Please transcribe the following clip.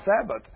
sabbath